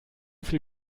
viel